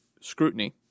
scrutiny